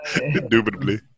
Indubitably